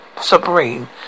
submarine